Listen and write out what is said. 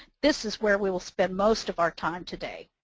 this is where we will spend most of our time today.